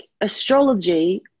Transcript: astrology